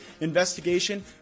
investigation